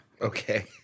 Okay